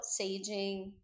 saging